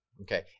Okay